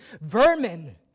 vermin